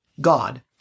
God